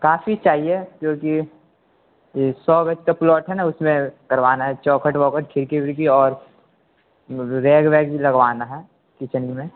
کافی چاہیے جوکہ یہ سو گز کا پلاٹ ہے نا اس میں کروانا ہے چوکھٹ ووکھٹ کھڑی وڑکی اور ریگ ویگ بھی لگوانا ہے کچن میں